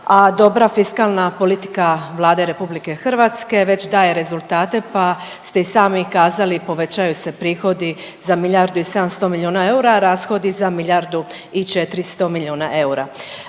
a dobra fiskalna politika Vlade RH već daje rezultate, pa ste i sami kazali povećaju se prihodi za milijardu i 700 milijuna eura, a rashodi za milijardu i 400 miliona eura.